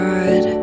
God